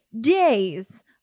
days